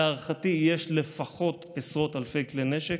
להערכתי יש לפחות עשרות אלפי כלי נשק,